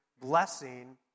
Blessing